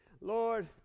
Lord